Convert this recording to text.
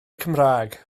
cymraeg